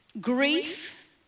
Grief